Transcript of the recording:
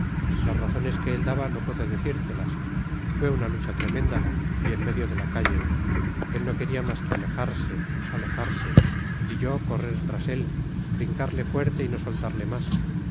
las razones que él daba no puedo decírtelas fue una lucha tremenda y en medio de la calle él no quería más que alejarse alejarse y yo correr tras él trincarle fuerte y no soltarle más